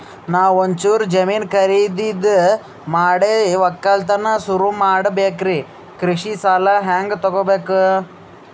ನಾ ಒಂಚೂರು ಜಮೀನ ಖರೀದಿದ ಮಾಡಿ ಒಕ್ಕಲತನ ಸುರು ಮಾಡ ಬೇಕ್ರಿ, ಕೃಷಿ ಸಾಲ ಹಂಗ ತೊಗೊಬೇಕು?